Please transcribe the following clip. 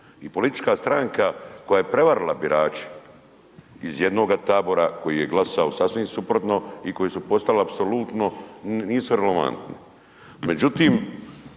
i politička stranka koja je prevarila birače iz jednoga tabora koji je glasao sasvim suprotno i koji su postala apsolutno, nisu relevantni. Međutim,